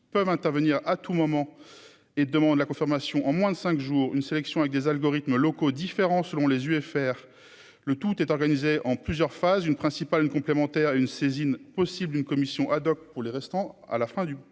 peuvent intervenir à tout moment et demande la confirmation en moins de 5 jours une sélection avec des algorithmes locaux différents selon les UFR, le tout est organisé en plusieurs phases, une principale une complémentaire, une saisine possible une commission ad-hoc pour les restant à la fin du